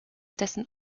dessen